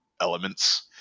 elements